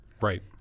Right